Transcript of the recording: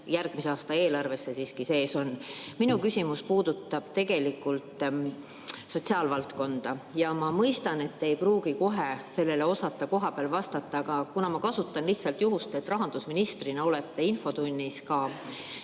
järgmise aasta eelarves see siiski sees on. Minu küsimus puudutab tegelikult sotsiaalvaldkonda. Ma mõistan, et te ei pruugi kohe sellele osata kohapeal vastata, aga ma kasutan lihtsalt juhust, et te rahandusministrina olete infotunnis.